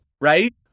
right